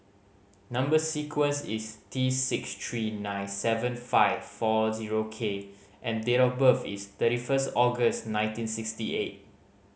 number sequence is T six three nine seven five four zero K and date of birth is thirty first August nineteen sixty eight